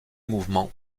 mouvement